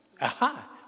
Aha